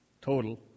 total